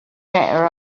better